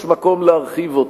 יש מקום להרחיב אותה.